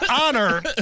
honor